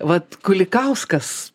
vat kulikauskas